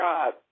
God